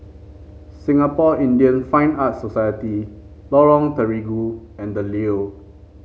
Singapore Indian Fine Arts Society Lorong Terigu and The Leo